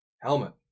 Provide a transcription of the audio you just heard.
Helmet